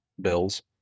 bills